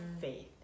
faith